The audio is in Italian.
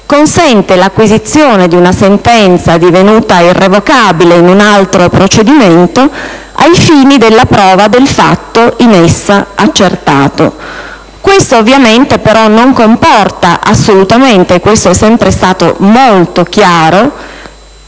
consente l'acquisizione di una sentenza divenuta irrevocabile in un altro procedimento ai fini della prova del fatto in essa accertato. Ciò ovviamente non comporta assolutamente (questo è sempre stato molto chiaro)